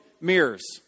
mirrors